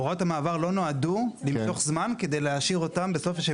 הוראות המעבר לא נועדו למשוך זמן כדי להשאיר אותם בסוף שהם